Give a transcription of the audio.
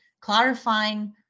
clarifying